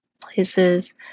places